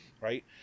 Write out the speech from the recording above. Right